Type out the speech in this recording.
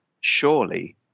surely